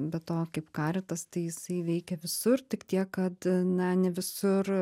be to kaip karitas tai jisai veikia visur tik tiek kad na ne visur